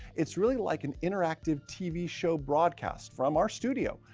it's really like an interactive tv show broadcast from our studio,